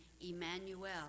Emmanuel